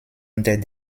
unter